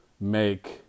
make